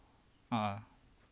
a'ah